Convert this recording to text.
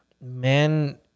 men